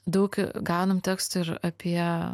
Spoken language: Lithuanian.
daug gaunam tekstų ir apie